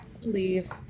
Leave